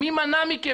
מי מנע מכם?